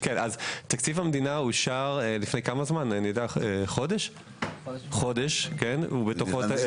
תקציב המדינה אושר לפני כחודש ובתוכו יש